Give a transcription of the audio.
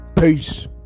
Peace